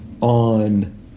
on